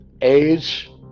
age